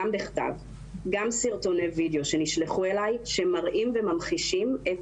גם בכתב וגם סרטוני וידאו שנשלחו אלי שמראים וממחישים את